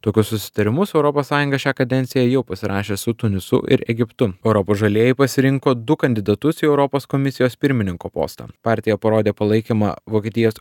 tokius susitarimus europos sąjunga šią kadenciją jau pasirašė su tunisu ir egiptu europos žalieji pasirinko du kandidatus į europos komisijos pirmininko posto partija parodė palaikymą vokietijos